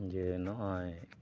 ᱡᱮ ᱱᱚᱜᱼᱚᱭ